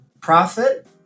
profit